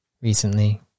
recently